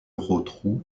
rotrou